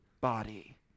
body